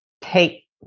take